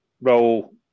role